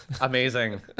amazing